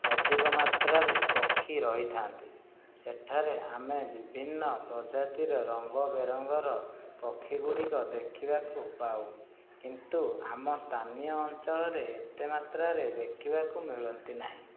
ଅଧିକ ମାତ୍ରାରେ ପକ୍ଷୀ ରହିଥାନ୍ତି ସେଠାରେ ଆମେ ବିଭିନ୍ନ ପ୍ରଜାତିର ରଙ୍ଗ ବେରଙ୍ଗର ପକ୍ଷୀଗୁଡ଼ିକ ଦେଖିବାକୁ ପାଉ କିନ୍ତୁ ଆମ ସ୍ଥାନୀୟ ଅଞ୍ଚଳରେ ଏତେ ମାତ୍ରାରେ ଦେଖିବାକୁ ମିଳନ୍ତି ନାହିଁ